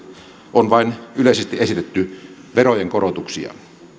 on vain yleisesti esitetty verojen korotuksia